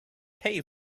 pay